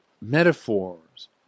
metaphors